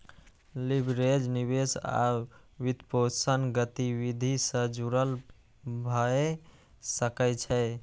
leverage निवेश आ वित्तपोषण गतिविधि सं जुड़ल भए सकै छै